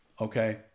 Okay